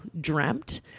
dreamt